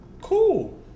Cool